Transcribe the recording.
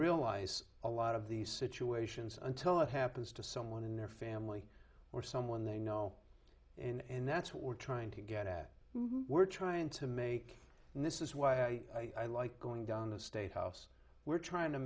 realize a lot of these situations until it happens to someone in their family or someone they know and that's what we're trying to get at we're trying to make and this is why i like going down the state house we're trying to